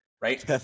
right